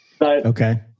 Okay